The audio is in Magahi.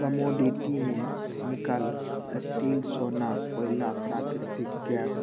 कमोडिटी में निकल, स्टील,, सोना, कोइला, प्राकृतिक गैस